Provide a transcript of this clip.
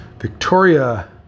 Victoria